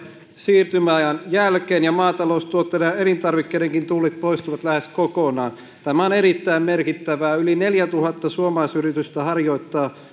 siirtymäajan jälkeen ja maataloustuotteiden ja elintarvikkeidenkin tullit poistuvat lähes kokonaan tämä on erittäin merkittävää yli neljätuhatta suomalaisyritystä harjoittaa